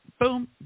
Boom